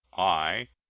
i,